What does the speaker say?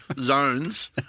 zones